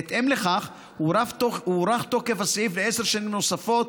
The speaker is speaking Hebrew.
בהתאם לכך הוארך תוקף הסעיף בעשר שנים נוספות,